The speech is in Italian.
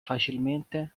facilmente